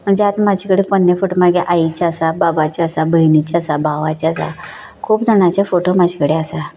म्हणजे आत म्हाजे कडेन पन्ने फोटो म्हागे आईचे आसा बाबाचे आसा भयणीचे आसा भावाचे आसा खूब जाणांचे फोटो म्हाजे कडेन आसा